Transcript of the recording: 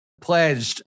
pledged